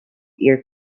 ear